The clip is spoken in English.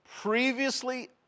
previously